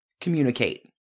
communicate